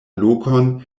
lokon